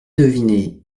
deviné